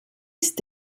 ist